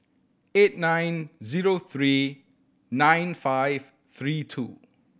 eight nine zero three nine five three two